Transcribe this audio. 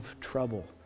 trouble